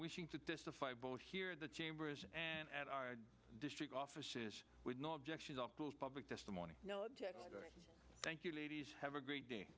wishing to testify both here in the chambers and at our district offices with no objections up with public testimony thank you ladies have a great day